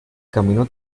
camino